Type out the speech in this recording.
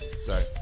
Sorry